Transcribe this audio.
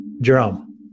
Jerome